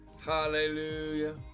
Hallelujah